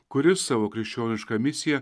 kuris savo krikščionišką misiją